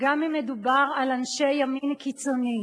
גם אם מדובר על אנשי ימין קיצוני.